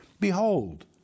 Behold